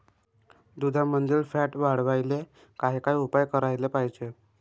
दुधामंदील फॅट वाढवायले काय काय उपाय करायले पाहिजे?